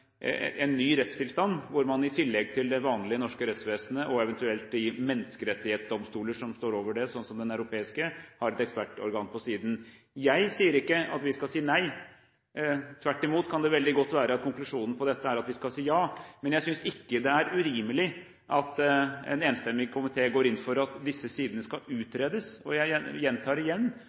en ny rettstilstand, hvor man i tillegg til det vanlige norske rettsvesenet og eventuelt i menneskerettighetsdomstoler som står over det, slik som den europeiske, har et ekspertorgan på siden. Jeg sier ikke at vi skal si nei. Tvert imot kan det veldig godt være at konklusjonen på dette er at vi skal si ja, men jeg synes ikke det er urimelig at en enstemmig komité går inn for at disse sidene skal utredes. Jeg gjentar igjen